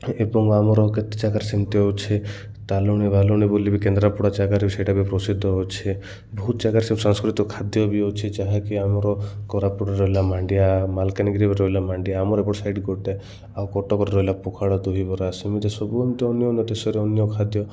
ଏବଂ ଆମର କେତେ ଜାଗାରେ ସେମିତି ହଉଛି ତାଲୁଣି ବାଲୁଣି ବୋଲି ବି କେନ୍ଦ୍ରାପଡ଼ା ଜାଗାରେ ବି ସେଇଟା ବି ପ୍ରସିଦ୍ଧ ଅଛି ବହୁତ ଜାଗାରେ ସେମିତି ସାଂସ୍କୃତିକ ଖାଦ୍ୟ ବି ଅଛି ଯାହାକି ଆମର କୋରାପୁଟରେ ରହିଲା ମାଣ୍ଡିଆ ମାଲକାନଗିରିରେ ରହିଲା ମାଣ୍ଡିଆ ଆମର ଏପଟ ସାଇଡ଼ ଗୋଟେ ଆଉ କଟକରେ ରହିଲା ପଖାଳ ଦହିବରା ସେମିତି ସବୁ ଏମିତି ଅଞ୍ଚଳର ଅନ୍ୟ ଦେଶରେ ଅନ୍ୟ ଖାଦ୍ୟ